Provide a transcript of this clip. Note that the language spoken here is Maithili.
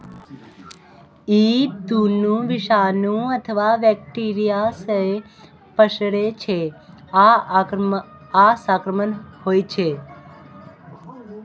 ई दुनू विषाणु अथवा बैक्टेरिया सं पसरै छै आ संक्रामक होइ छै